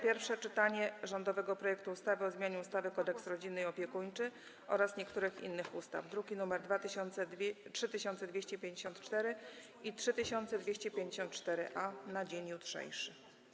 Pierwsze czytanie rządowego projektu ustawy o zmianie ustawy Kodeks rodzinny i opiekuńczy oraz niektórych innych ustaw, druki nr 3254 i 3254-A, na dzień jutrzejszy.